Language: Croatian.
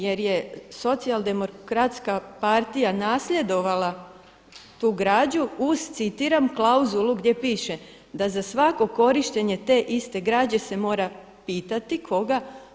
Jer je Socijaldemokratska partija nasljedovala tu građu uz citiram klauzulu gdje piše – da za svako korištenje te iste građe se mora pitati – koga?